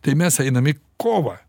tai mes einam į kovą